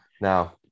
Now